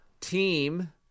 Team